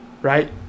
right